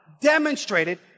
demonstrated